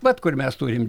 vat kur mes turim